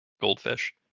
Goldfish